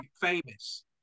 famous